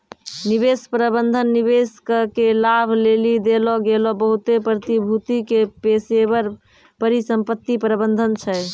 निवेश प्रबंधन निवेशक के लाभ लेली देलो गेलो बहुते प्रतिभूति के पेशेबर परिसंपत्ति प्रबंधन छै